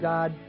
God